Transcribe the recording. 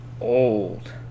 old